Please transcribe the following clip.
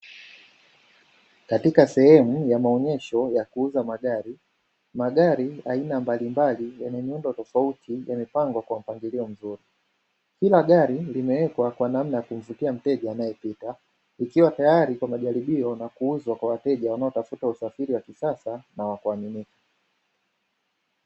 Katika sehemu ya maonyesho ya kuuza magari, magari mbalimbali ya miundo tofauti yamepangwa kwa mpangilio mzuri. Kila gari limewekwa kwa namna ya kumvutia mteja anaefika, likiwa tayari kwa majaribio na kuuzwa kwa wateja wanaotafuta usafiri wa kisasa na wa kuaminika.